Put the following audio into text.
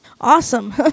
Awesome